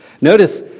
Notice